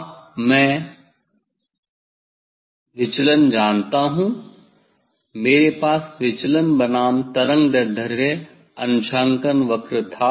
अब मैं अब विचलन जानता हूं मेरे पास विचलन बनाम तरंगदैर्घ्य अंशांकन वक्र था